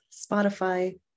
Spotify